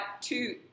two